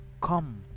come